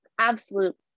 Absolute